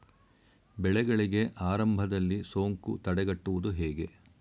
ಬೆಳೆಗಳಿಗೆ ಆರಂಭದಲ್ಲಿ ಸೋಂಕು ತಡೆಗಟ್ಟುವುದು ಹೇಗೆ?